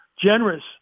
generous